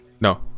No